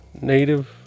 native